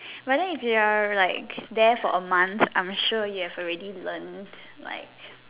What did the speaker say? but then if you are there like there for a month I am sure you have already learnt like